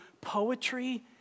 poetry